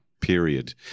period